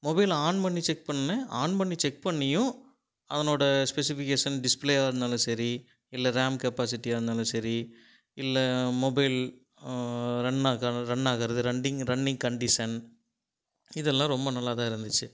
மொபைலை ஆன் பண்ணி செக் பண்ணேன் ஆன் பண்ணி செக் பண்ணியும் அதனோடய ஸ்பெசிஃபிகேஷன் டிஸ்ப்ளேவாக இருந்தாலும் சரி இல்லை ரேம் கெப்பாசிட்டியாக இருந்தாலும் சரி இல்லை மொபைல் ரன் ஆக ரன் ஆகுறது ரன்டிங் ரன்னிங் கண்டிஷன் இதெல்லாம் ரொம்ப நல்லாதான் இருந்துச்சு